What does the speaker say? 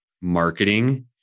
marketing